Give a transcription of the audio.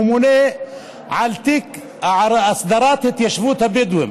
ממונה על תיק הסדרת התיישבות הבדואים,